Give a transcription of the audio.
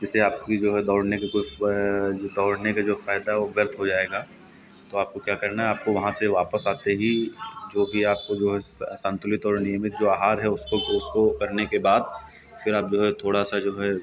जिससे आपकी जो है दौड़ने की कुछ जो वो दौड़ने का जो फ़ायदा है वो व्यर्थ हो जाएगा तो आपको क्या करना है आपको वहाँ से वापस आते ही जो भी आपको जो स संतुलित और नियमित आहार है उसको फिर उसको करने के बाद फिर आप जो है थोड़ा सा जो है